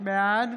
בעד